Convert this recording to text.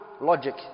logic